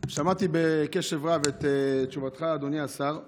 שמעתי בקשב רב את תשובתך, אדוני השר.